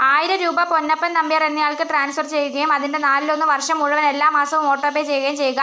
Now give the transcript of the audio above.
ആയിരം രൂപ പൊന്നപ്പൻ നമ്പ്യാർ എന്നയാൾക്ക് ട്രാൻസ്ഫർ ചെയ്യുകയും അതിൻ്റെ നാലിലൊന്ന് വർഷം മുഴുവനും എല്ലാ മാസവും ഓട്ടോ പേ ചെയ്യുകയും ചെയ്യുക